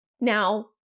Now